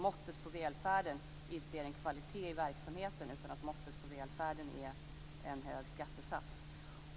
Måttet på välfärden är inte kvaliteten i verksamheten, utan måttet på välfärden är en hög skattesats.